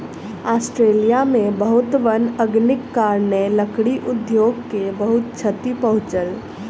Australia में बहुत वन अग्निक कारणेँ, लकड़ी उद्योग के बहुत क्षति पहुँचल